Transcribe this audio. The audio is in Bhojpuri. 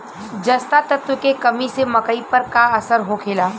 जस्ता तत्व के कमी से मकई पर का असर होखेला?